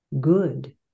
good